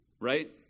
Right